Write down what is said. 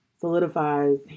solidifies